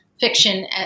fiction